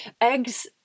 eggs